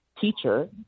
teacher